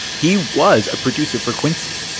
he was a producer for quincy.